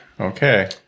Okay